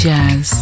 Jazz